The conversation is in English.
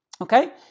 Okay